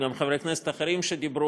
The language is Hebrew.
גם חברי כנסת אחרים שדיברו.